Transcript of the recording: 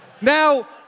Now